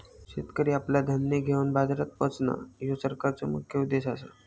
शेतकरी आपला धान्य घेवन बाजारात पोचणां, ह्यो सरकारचो मुख्य उद्देश आसा